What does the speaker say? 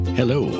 Hello